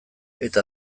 eta